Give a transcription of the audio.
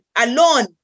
alone